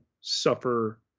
suffer